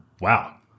wow